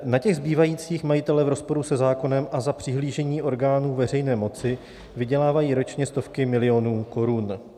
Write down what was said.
Na těch zbývajících majitelé v rozporu se zákonem a za přihlížení orgánů veřejné moci vydělávají ročně stovky milionů korun.